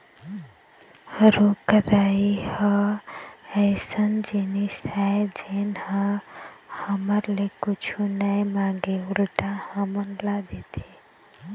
रूख राई ह अइसन जिनिस आय जेन ह हमर ले कुछु नइ मांगय उल्टा हमन ल देथे